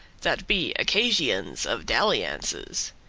that be occasions of dalliances.